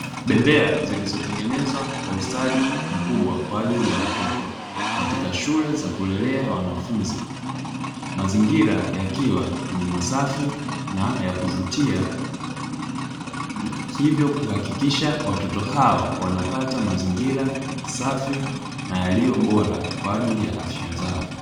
Bembea zilizotengenezwa kwa ustadi mkubwa kwa ajili ya watoto katika shule za kulelea wanafunzi. Mazingira yakiwa ni masafi na ya kuvutia hivyo kuhakikisha watoto hao wanapata mazingira safi na yaliyo bora kwa ajili ya afya zao.